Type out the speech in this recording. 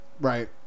right